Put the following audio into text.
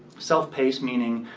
self-paced meaning